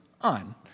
on